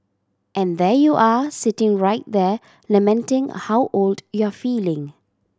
and there you are sitting right there lamenting how old you're feeling